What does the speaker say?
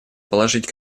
положить